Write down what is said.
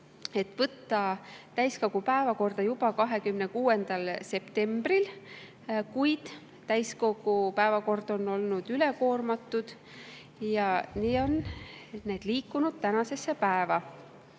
võtta täiskogu päevakorda juba 26. septembril. Kuid täiskogu päevakord on olnud ülekoormatud ja nii on need eelnõud liikunud tänasesse päeva.